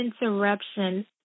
interruption